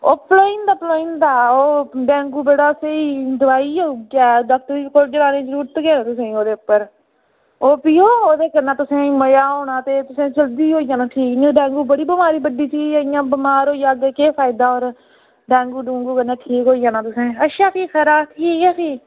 ओह् पलोई जंदा पलोई जंदा ओह् डेंगू उप्पर बड़ी स्हेई दोआई ऐ ते डॉक्टरें दी दोआई दी जरूरत निं ऐ तुसेंगी एह्दे उप्पर ओह् पियो ते तुसें गी एह्दे उप्पर मज़ा औना ते तुसें जल्दी गै होई जाना ठीक ऐ डेंगू बड्डी बमारी ऐ ते इंया बमार होई जाह्गे केह् फायदा होर डेंगू कन्नै ठीक होई जाना अच्छा भी ठीक ऐ सर